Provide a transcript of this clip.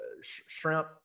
shrimp